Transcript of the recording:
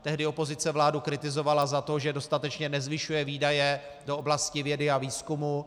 Tehdy opozice vládu kritizovala za to, že dostatečně nezvyšuje výdaje do oblasti vědy a výzkumu.